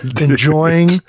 enjoying